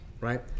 Right